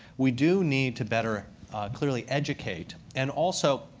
we do need to better clearly educate. and also,